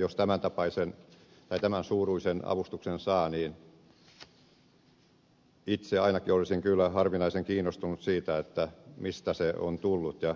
jos tämän suuruisen avustuksen saa niin itse ainakin olisin kyllä harvinaisen kiinnostunut siitä mistä se on tullut ja